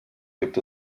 gibt